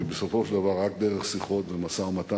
כי בסופו של דבר רק דרך שיחות ומשא-ומתן